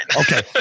Okay